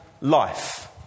life